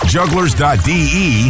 Jugglers.de